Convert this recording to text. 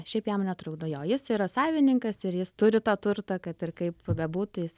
šiaip jam netrukdo jo jis yra savininkas ir jis turi tą turtą kad ir kaip bebūtų jis